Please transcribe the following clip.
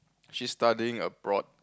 she's studying abroad